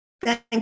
thank